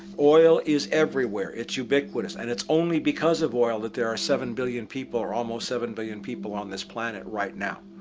oil is everywhere it's ubiquitous. and it's only because of oil that there are seven billion people or almost seven billion people on this planet right now.